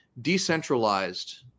decentralized